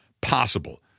possible